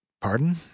Pardon